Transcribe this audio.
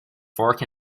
fork